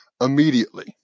immediately